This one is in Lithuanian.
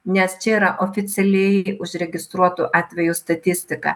nes čia yra oficialiai užregistruotų atvejų statistika